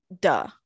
duh